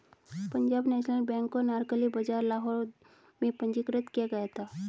Punjab national bank को अनारकली बाजार लाहौर में पंजीकृत किया गया था